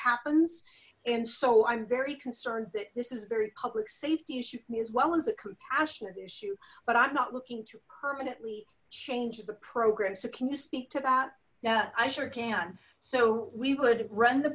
happens and so i'm very concerned that this is very public safety issue for me as well as a compassionate issue but i'm not looking to permanently change the program so can you speak to that yeah i sure can so we would run the